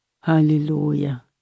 Hallelujah